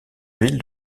ville